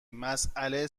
مسئله